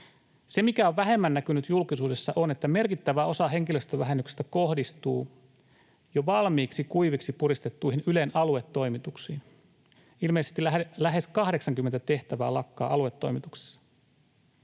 Se, mikä on vähemmän näkynyt julkisuudessa, on, että merkittävä osa henkilöstövähennyksistä kohdistuu jo valmiiksi kuiviksi puristettuihin Ylen aluetoimituksiin. Ilmeisesti lähes 80 tehtävää lakkaa aluetoimituksissa.